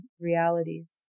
realities